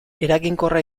eraginkorra